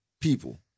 people